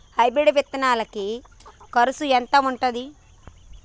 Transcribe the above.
Hybrid విత్తనాలకి కరుసు ఎంత ఉంటది?